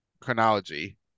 chronology